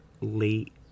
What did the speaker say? late